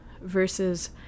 versus